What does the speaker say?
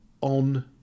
on